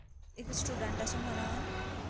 एक तर स्टुडंन्ट अशें म्हणून